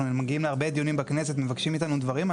אנחנו מגיעים להרבה דיונים בכנסת ומבקשים מאיתנו דברים.